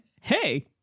Hey